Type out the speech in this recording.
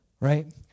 Right